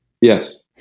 Yes